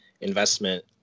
investment